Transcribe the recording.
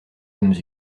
âmes